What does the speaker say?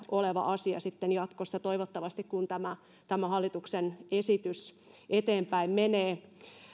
oleva asia sitten jatkossa kun tämä hallituksen esitys toivottavasti eteenpäin menee